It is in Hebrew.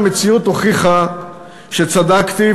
המציאות הוכיחה שצדקתי,